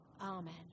Amen